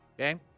Okay